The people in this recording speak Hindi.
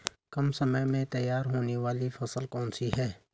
कम समय में तैयार होने वाली फसल कौन सी है?